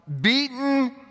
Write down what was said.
beaten